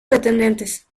pretendientes